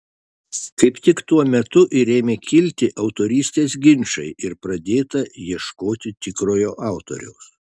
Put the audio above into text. kaip tik tuo metu ir ėmė kilti autorystės ginčai ir pradėta ieškoti tikrojo autoriaus